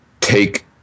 take